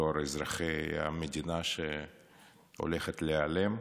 בתור אזרחי המדינה שהולכת להיעלם.